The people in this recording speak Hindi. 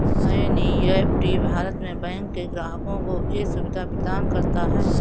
एन.ई.एफ.टी भारत में बैंक के ग्राहकों को ये सुविधा प्रदान करता है